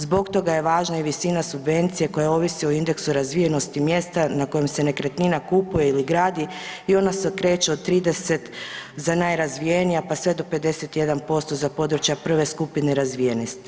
Zbog toga je važna i visina subvencije koja ovisi o indeksu razvijenosti mjesta na kojem se nekretnina kupuje ili gradi i ona se kreće od 30 za najrazvijenija, pa sve do 51% za područja 1. skupine razvijenosti.